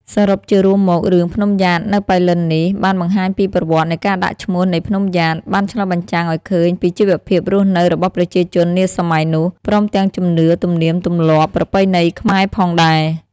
សរុបជារួមមក រឿង ភ្នំំយ៉ាតនៅប៉ៃលិននេះបានបង្ហាញពីប្រវត្តិនៃការដាក់ឈ្មោះនៃភ្នំយ៉ាត បានឆ្លុះបញ្ចាំងឲ្យឃើញពីជីវភាពរស់នៅរបស់ប្រជាជននាសម័យនោះ ព្រមទាំងជំនឿ ទំនៀមទំម្លាប់ប្រពៃណីខ្មែរផងដែរ។